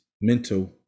mental